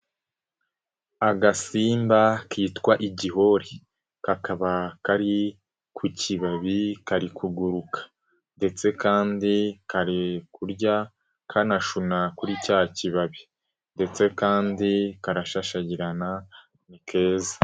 Agasimba kitwa igihori. Kakaba kari ku kibabi kari kuguruka ndetse kandi kari kurya kanashuna kuri cya kibabi ndetse kandi karashashagirana, ni keza.